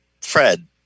Fred